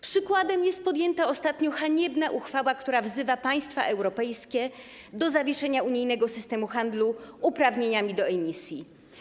Przykładem jest podjęta ostatnio haniebna uchwała, która wzywa państwa europejskie do zawieszenia unijnego systemu handlu uprawnieniami do emisji.